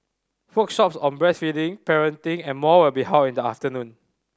workshops on breastfeeding parenting and more will be held in the afternoon